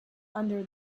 under